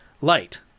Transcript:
light